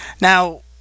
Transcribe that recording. Now